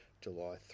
July